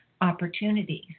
opportunities